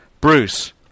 Bruce